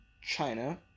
china